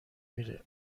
میره